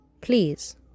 Please